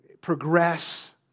progress